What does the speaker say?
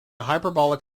hyperbolic